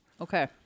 Okay